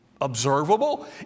observable